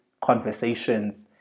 conversations